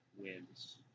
wins